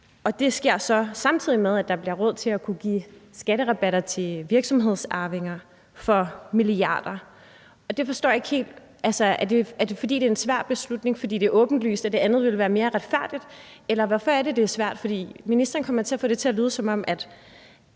Det sker så, samtidig med at der bliver råd til at give skatterabatter til virksomhedsarvinger for milliarder. Det forstår jeg ikke helt. Er det en svær beslutning, fordi det er åbenlyst, at det andet ville være mere retfærdigt, eller hvorfor er det, at det er svært? Ministeren får det til at lyde, som om man